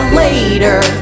later